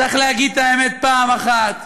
צריך להגיד את האמת פעם אחת: